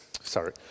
sorry